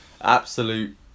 Absolute